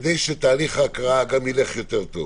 כדי שתהליך ההקראה ילך יותר טוב